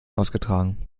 ausgetragen